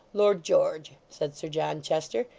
lord george said sir john chester,